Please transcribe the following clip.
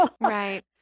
right